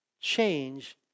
change